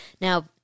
Now